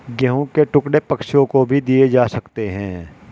गेहूं के टुकड़े पक्षियों को भी दिए जा सकते हैं